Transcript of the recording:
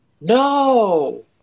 No